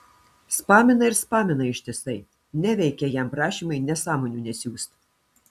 spamina ir spamina ištisai neveikia jam prašymai nesąmonių nesiųst